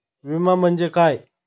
विमा म्हणजे काय?